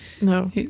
no